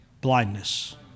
blindness